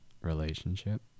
relationship